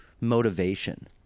motivation